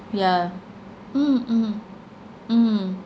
yeah mm mm mm